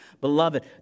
Beloved